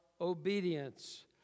obedience